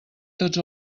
tots